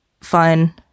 fine